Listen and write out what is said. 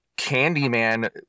Candyman